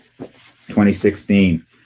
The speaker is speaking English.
2016